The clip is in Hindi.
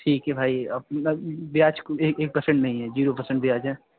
ठीक है भाई ब्याज एक पर्सेन्ट नहीं है जीरो पर्सेन्ट ब्याज है